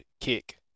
kick